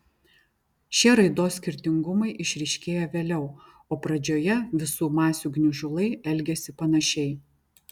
šie raidos skirtingumai išryškėja vėliau o pradžioje visų masių gniužulai elgiasi panašiai